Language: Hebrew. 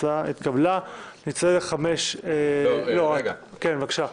הצבעה בעד אישור מינוי ממלאי המקום 8 נגד,